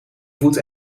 voet